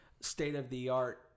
state-of-the-art